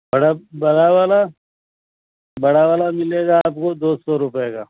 bulb برا والا بڑا والا ملے گا آپ کو دو سو روپے کا